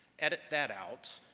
edit that out,